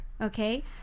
okay